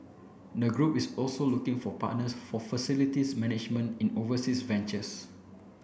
the group is also looking for partners for facilities management in overseas ventures